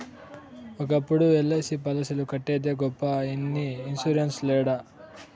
ఒకప్పుడు ఎల్.ఐ.సి పాలసీలు కట్టేదే గొప్ప ఇన్ని ఇన్సూరెన్స్ లేడ